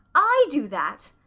i do that?